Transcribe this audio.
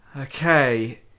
Okay